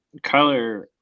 Kyler